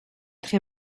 très